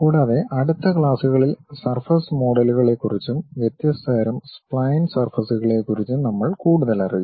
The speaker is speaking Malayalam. കൂടാതെ അടുത്ത ക്ലാസുകളിൽ സർഫസ് മോഡലുകളെക്കുറിച്ചും വ്യത്യസ്ത തരം സ്പ്ലൈൻ സർഫസ്കളെക്കുറിച്ചും നമ്മൾ കൂടുതലറിയും